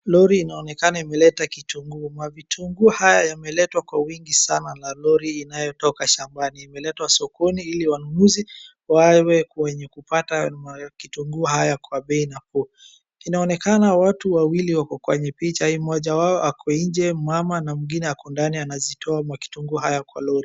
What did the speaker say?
Lori inaonekana imeleta kitunguu. Mavitunguu haya yameletwa kwa wingi sana na lori inayotoka shambani. Imeletwa sokoni ili wanunuzi wawe wenye kupata vitunguu haya kwa bei nafuu. Inaonekana watu wawili wako kwenye picha hii, moja wao ako nje, mmama na mwingine ako ndani anazitoa makitunguu haya kwa lori.